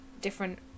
different